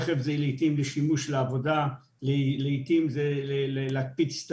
לעיתים זה לשימוש העבודה או להקפיץ את